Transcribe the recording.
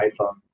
iPhone